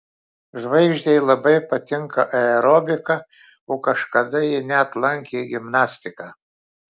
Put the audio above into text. žvaigždei labai patinka aerobika o kažkada ji net lankė gimnastiką